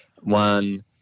one